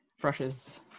brushes